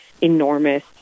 enormous